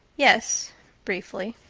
yes briefly.